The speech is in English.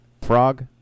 frog